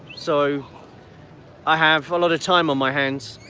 so i have a lot of time on my hands,